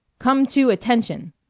come to attention!